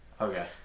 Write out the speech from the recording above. Okay